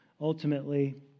ultimately